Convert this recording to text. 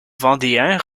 vendéens